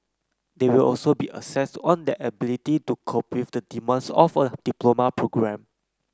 they will also be assessed on their ability to cope with the demands of a diploma programme